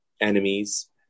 enemies